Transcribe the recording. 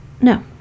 No